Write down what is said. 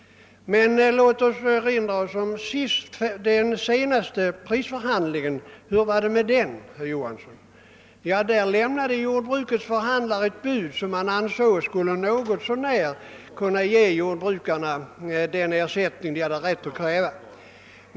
Hur var det för övrigt vid den senaste prisförhandlingen, herr Johanson? Ja, därvid lämnade jordbrukets förhandlare ett bud som man ansåg något så när skulle kunna ge jordbrukarna den ersättning de hade rätt att kräva.